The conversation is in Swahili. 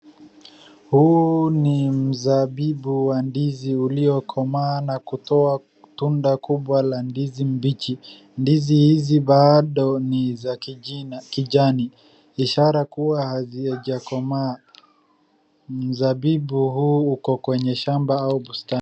Huu ni mzabibu wa ndizi uliokomaa na kutoa tunda kubwa la ndizi mbichi. Ndizi hizi bado ni za kijani ishara kuwa hazijakomaa. Mzabibu huu uko kwenye shamba au bustani.